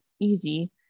Easy